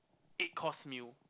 eight course meal